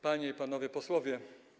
Panie i Panowie Posłowie!